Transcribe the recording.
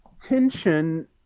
tension